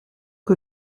que